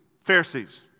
Pharisees